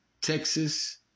Texas